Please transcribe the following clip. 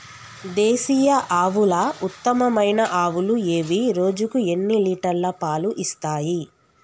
దేశీయ ఆవుల ఉత్తమమైన ఆవులు ఏవి? రోజుకు ఎన్ని లీటర్ల పాలు ఇస్తాయి?